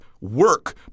work